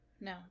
No